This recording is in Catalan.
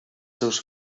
seus